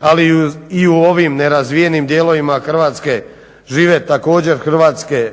ali i u ovim nerazvijenim dijelovima Hrvatske žive također hrvatske